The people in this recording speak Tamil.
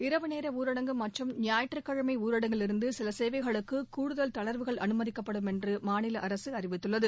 இரவு நேர ஊரடங்கு மற்றும் ஞாயிற்றுக்கிழமை ஊரடங்கிலிருந்து சில சேவைகளுக்கு கூடுதல் தளர்வுகள் அனுமதிக்கப்படும் என்று மாநில அரசு அறிவித்துள்ளது